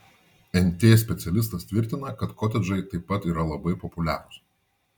nt specialistas tvirtina kad kotedžai taip pat yra labai populiarūs